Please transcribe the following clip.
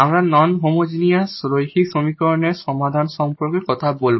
আমরা non homogeneous linear সমীকরণের সমাধান সম্পর্কে কথা বলব